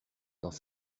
dans